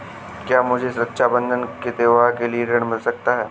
क्या मुझे रक्षाबंधन के त्योहार के लिए ऋण मिल सकता है?